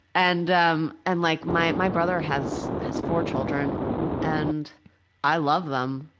and um, and like my my brother has has four children and i love them,